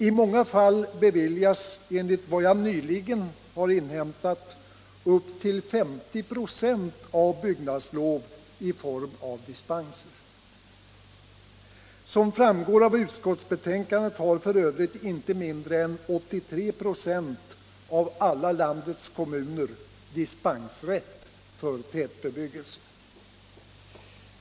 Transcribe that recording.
I många fall beviljas enligt vad jag nyligen inhämtat upp till 50 96 av byggnadsloven i form av dispenser. Som framgår av utskottsbetänkandet har f. ö. inte mindre än 83 26 av alla landets kommuner dispensrätt för tätbebyggelse.